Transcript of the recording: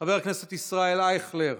חבר הכנסת ישראל אייכלר,